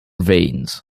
veins